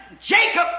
Jacob